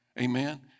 amen